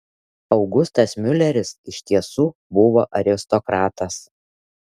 augustas miuleris iš tiesų buvo aristokratas